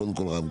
קודם כל רמקול.